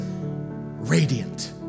radiant